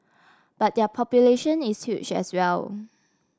but their population is huge as well